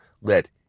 let